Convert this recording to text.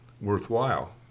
worthwhile